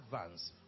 advance